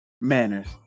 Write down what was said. Manners